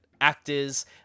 actors